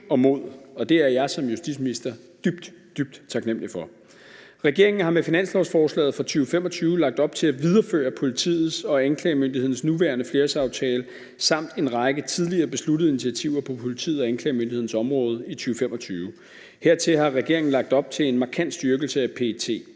og mod, og det er jeg som justitsminister dybt, dybt taknemmelig for. Regeringen har med finanslovsforslaget for 2025 lagt op til at videreføre politiets og anklagemyndighedens nuværende flerårsaftale samt en række tidligere besluttede initiativer på politiets og anklagemyndighedens område i 2025. Hertil har regeringen lagt op til en markant styrkelse af PET.